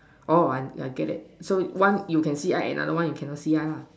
oh I'm I get it so one you can see eye another one you cannot see eye lah